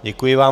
Děkuji vám.